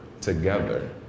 together